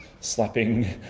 slapping